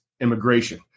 immigration